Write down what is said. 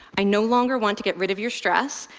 i no longer want to get rid of your stress.